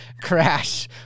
Crash